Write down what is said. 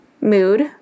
mood